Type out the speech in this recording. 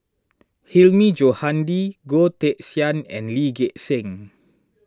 Hilmi Johandi Goh Teck Sian and Lee Gek Seng